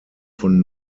von